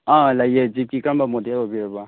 ꯑꯥ ꯂꯩꯌꯦ ꯖꯤꯞꯀꯤ ꯀꯔꯝꯕ ꯃꯣꯗꯦꯜ ꯑꯣꯏꯕꯤꯔꯕ